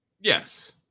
Yes